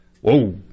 whoa